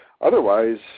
otherwise